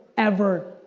ever,